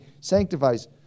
sanctifies